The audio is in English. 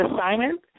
assignment